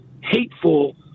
hateful